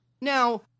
Now